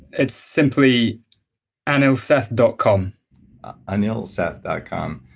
it's simply anilseth dot com anilseth dot com.